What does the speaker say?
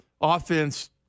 Offense